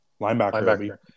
Linebacker